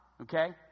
Okay